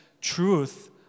truth